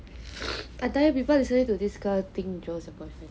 but tired listen to this girl jewel support